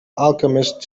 alchemist